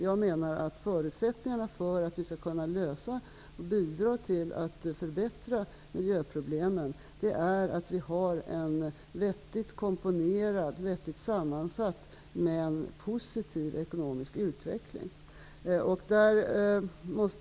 Jag menar att förutsättningarna för att vi skall kunna bidra till att lösa miljöproblemen och förbättra miljön är att vi har en vettigt sammansatt men positiv ekonomisk utveckling.